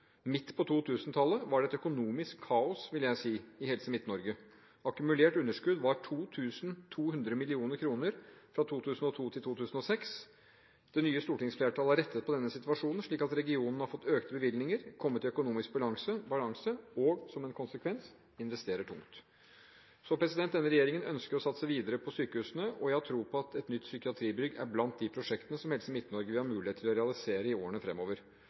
Midt på 2000-tallet var det et økonomisk kaos, vil jeg si, i Helse Midt-Norge. Akkumulert underskudd var 2 200 mill. kr fra 2002 til 2006. Det nye stortingsflertallet har rettet på denne situasjonen slik at regionen har fått økte bevilgninger, kommet i økonomisk balanse og – som en konsekvens – investerer tungt. Denne regjeringen ønsker å satse videre på sykehusene, og jeg har tro på at et nytt psykiatribygg er blant de prosjektene som Helse Midt-Norge vil ha mulighet til å realisere i årene fremover.